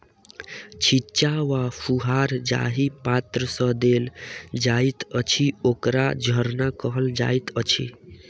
छिच्चा वा फुहार जाहि पात्र सँ देल जाइत अछि, ओकरा झरना कहल जाइत अछि